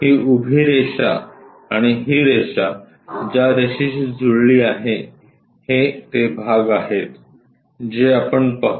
ही उभी रेषा आणि ही रेषा ज्या रेषेशी जुळली आहे हे ते भाग आहेत जे आपण पाहू